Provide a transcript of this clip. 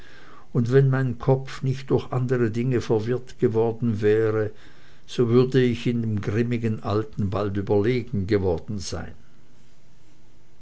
und wenn mein kopf nicht durch andere dinge verwirrt worden wäre so würde ich dem grimmigen alten bald überlegen geworden sein